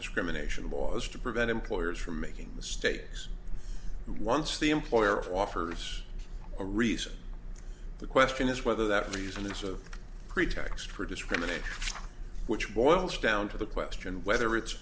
discrimination laws to prevent employers from making mistakes and once the employer offers a reason the question is whether that reason is a pretext for discrimination which boils down to the question whether it's